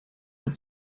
hat